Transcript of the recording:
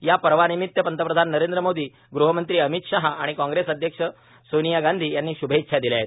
या पर्वानिमित्त पंतप्रधान नरेंद्र मोदी गृहमंत्री अमित शहा आणि काँग्रेस अध्यक्ष सोनिया गांधी यांनी श्भेच्छा दिल्या आहेत